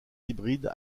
hybrides